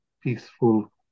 peaceful